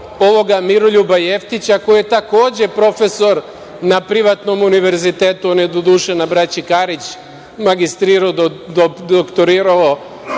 ovog Miroljuba Jeftića, koji je takođe profesor na privatnom univerzitetu, on je doduše na „Braći Karić“ magistrirao, doktorirao